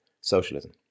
socialism